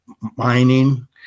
mining